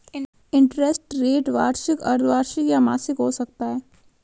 interest rate वार्षिक, अर्द्धवार्षिक या मासिक हो सकता है